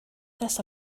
this